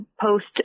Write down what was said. post